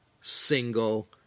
single